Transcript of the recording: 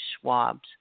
swabs